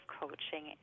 coaching